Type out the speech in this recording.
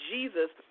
Jesus